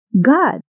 God